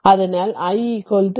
അതിനാൽ i c dvdt